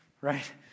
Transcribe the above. right